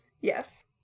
Yes